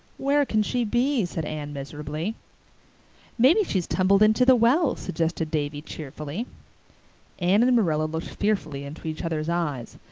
where can she be? said anne miserably maybe she's tumbled into the well, suggested davy cheerfully. anne and marilla looked fearfully into each other's eyes.